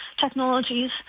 technologies